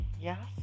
Yes